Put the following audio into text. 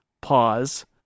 pause